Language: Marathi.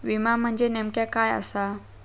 विमा म्हणजे नेमक्या काय आसा?